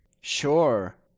Sure